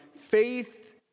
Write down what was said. faith